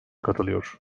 katılıyor